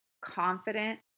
confident